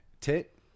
tit